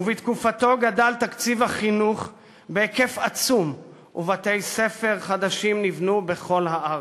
ובתקופתו גדל תקציב החינוך בהיקף עצום ובתי-ספר חדשים נבנו בכל הארץ.